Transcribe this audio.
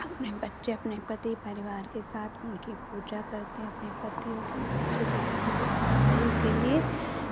अपने बच्चे अपने पति परिवार के साथ उनकी पूजा करते हैं अपने पति और बच्चे की लंबी आयु के लिए